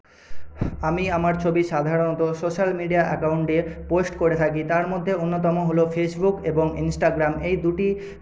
আমি আমার ছবি সাধারণত সোশ্যাল মিডিয়া অ্যাকাউন্টে পোস্ট করে থাকি তার মধ্যে অন্যতম হলো ফেসবুক এবং ইনস্টাগ্রাম এই দুটি